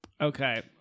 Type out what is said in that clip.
Okay